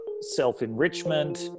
self-enrichment